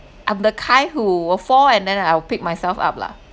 I'm the kind who will fall and then I'll pick myself up lah